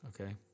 Okay